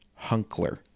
Hunkler